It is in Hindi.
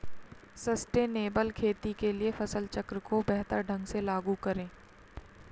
सस्टेनेबल खेती के लिए फसल चक्र को बेहतर ढंग से लागू करें